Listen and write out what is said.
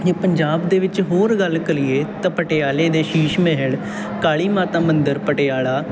ਜੇ ਪੰਜਾਬ ਦੇ ਵਿੱਚ ਹੋਰ ਗੱਲ ਕਰੀਏ ਤਾਂ ਪਟਿਆਲੇ ਦੇ ਸ਼ੀਸ਼ ਮਹਿਲ ਕਾਲੀ ਮਾਤਾ ਮੰਦਰ ਪਟਿਆਲਾ